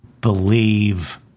believe